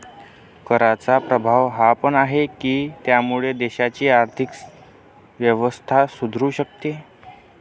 कराचा प्रभाव हा पण आहे, की त्यामुळे देशाची आर्थिक व्यवस्था सुधारू शकते